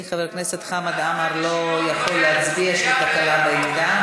חבר הכנסת חמד עמאר, יש לו תקלה בעמדה.